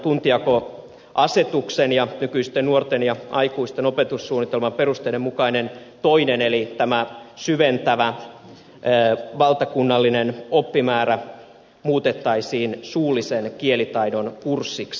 voimassa olevan tuntijakoasetuksen ja nykyisten nuorten ja aikuisten opetussuunnitelmaperusteiden mukainen toinen eli tämä syventävä valtakunnallinen oppimäärä muutettaisiin suullisen kielitaidon kurssiksi